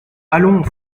allons